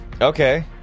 Okay